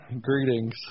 greetings